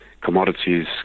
commodities